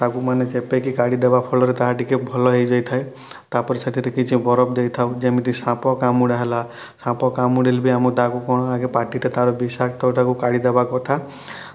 ତାକୁ ମାନେ ଚପାଇକି କାଢ଼ି ଦେବା ଫଳରେ ତାହା ଟିକେ ଭଲ ହେଇଯାଇଥାଏ ତା'ପରେ ସେଥିରେ କିଛି ବରଫ ଦେଇଥାଉ ଯେମିତି ସାପ କାମୁଡ଼ା ହେଲା ସାପ କାମୁଡ଼ିଲେ ବି ଆମ ଦାଗକୁ କ'ଣ ପାଟିଟା ବିଷାକ୍ତଟାକୁ କାଢ଼ି ଦେବା କଥା